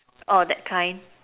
that kind